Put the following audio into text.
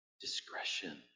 discretion